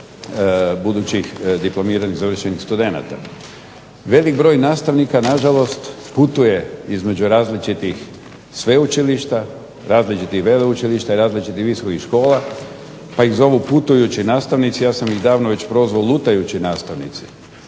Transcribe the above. budućih diplomiranih završenih studenata. Velik broj nastavnika na žalost putuje između različitih sveučilišta, različitih veleučilišta i različitih visokih škola pa ih zovu putujući nastavnici, ja sam ih davno prozvao lutajući nastavnici.